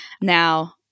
Now